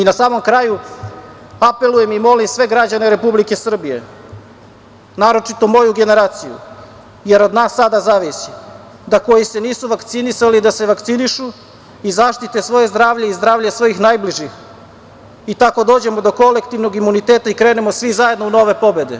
Na samom kraju, apelujem i molim sve građane Republike Srbije, naročito moju generaciju, jer od nas sada zavisi, da koji se nisu vakcinisali se vakcinišu i zaštite svoje zdravlje i zdravlje svojih najbližih i tako dođemo do kolektivnog imuniteta i krenemo svi zajedno u nove pobede.